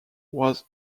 was